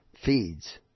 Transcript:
feeds